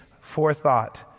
forethought